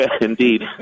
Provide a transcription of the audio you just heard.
indeed